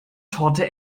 torte